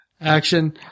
action